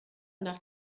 nach